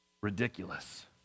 ridiculous